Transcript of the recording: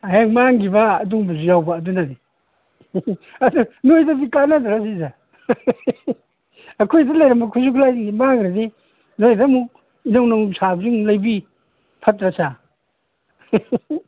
ꯍꯦꯛ ꯃꯥꯡꯈꯤꯕ ꯑꯗꯨꯒꯨꯝꯕꯁꯨ ꯌꯥꯎꯕ ꯑꯗꯨꯅꯅꯦ ꯑꯗꯨ ꯅꯣꯏꯗꯗꯤ ꯀꯥꯟꯅꯗ꯭ꯔꯥ ꯁꯤꯁꯦ ꯑꯩꯈꯣꯏꯗ ꯂꯩꯔꯝꯕ ꯈꯨꯖꯨ ꯈꯨꯂꯥꯏꯁꯤꯡꯁꯦ ꯃꯥꯡꯒ꯭ꯔꯗꯤ ꯅꯣꯏꯗ ꯑꯃꯨꯛ ꯏꯅꯧ ꯅꯧ ꯁꯥꯕꯁꯨ ꯑꯃꯨꯛ ꯂꯩꯕꯤ ꯐꯠꯇ꯭ꯔꯁꯦ